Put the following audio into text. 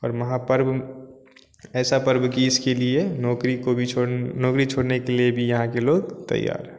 और महापर्व ऐसा पर्व की इसके लिए नौकरी को भी छोड़ नौकरी छोड़ने के लिए भी यहाँ के लोग तैयार है